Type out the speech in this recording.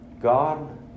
God